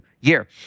year